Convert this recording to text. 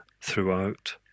throughout